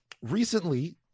recently